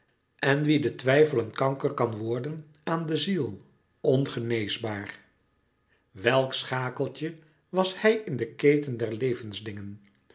en wien de twijfel een kanker kan worden aan de ziel ongeneesbaar welk schakeltje was hij in de keten der